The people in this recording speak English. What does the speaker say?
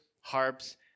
harps